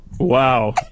Wow